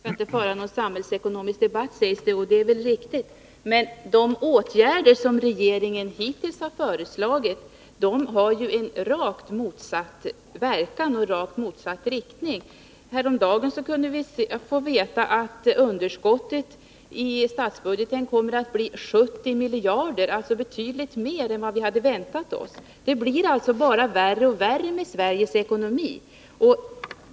Herr talman! Karin Andersson säger att vi inte skall föra en samhällsekonomisk debatt, och det är väl riktigt. Men de åtgärder regeringen hittills föreslagit i fråga om jämställdheten har ju motsatt verkan och leder i rakt motsatt riktning. Häromdagen fick vi veta att underskottet i statsbudgeten kommer att bli 70 miljarder, alltså betydligt mer än vad vi hade väntat oss. Det blir bara värre och värre med Sveriges ekonomi.